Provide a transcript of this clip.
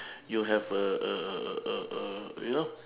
you have a a a a a a you know